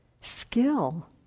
skill